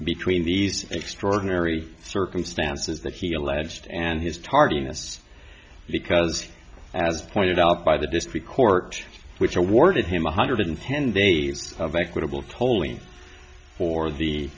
between these extraordinary circumstances that he alleged and his tardiness because as pointed out by the district court which awarded him one hundred ten days of equitable tolling for the